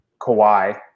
Kawhi